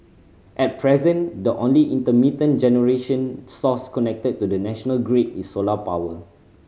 at present the only intermittent generation source connected to the national grid is solar power